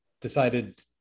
decided